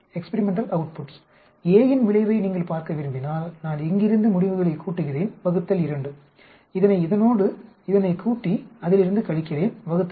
A இன் விளைவை நீங்கள் பார்க்க விரும்பினால் நான் இங்கிருந்து முடிவுகளை கூட்டுகிறேன் ÷ 2 இதனை இதனோடு இதனை கூட்டி அதிலிருந்து கழிக்கிறேன் 2